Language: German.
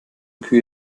kühe